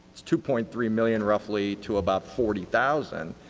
it's two point three million roughly to about forty thousand.